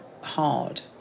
hard